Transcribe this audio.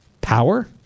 Power